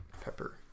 pepper